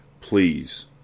Please